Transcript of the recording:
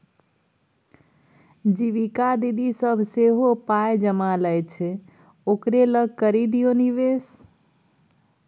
जीविका दीदी सभ सेहो पाय जमा लै छै ओकरे लग करि दियौ निवेश